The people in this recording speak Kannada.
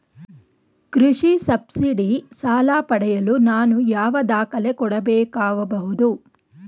ಕೃಷಿ ಸಬ್ಸಿಡಿ ಸಾಲ ಪಡೆಯಲು ನಾನು ಯಾವ ದಾಖಲೆ ಕೊಡಬೇಕಾಗಬಹುದು?